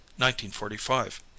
1945